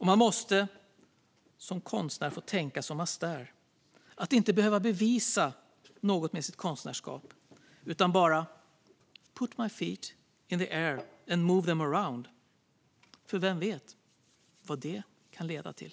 Man måste som konstnär få tänka som Astaire, att inte behöva bevisa något med sitt konstnärskap utan bara put my feet in the air and move them around. För vem vet vad det kan leda till?